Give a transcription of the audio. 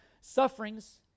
sufferings